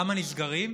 למה נסגרים?